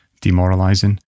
demoralizing